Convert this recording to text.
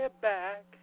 back